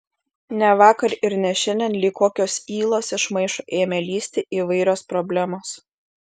ne vakar ir ne šiandien lyg kokios ylos iš maišo ėmė lįsti įvairios problemos